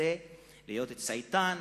רוצה להיות צייתן,